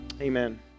Amen